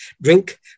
drink